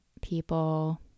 People